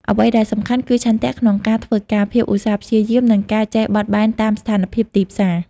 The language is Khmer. អ្វីដែលសំខាន់គឺឆន្ទៈក្នុងការធ្វើការ ភាពឧស្សាហ៍ព្យាយាម និងការចេះបត់បែនតាមស្ថានភាពទីផ្សារ។